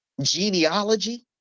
genealogy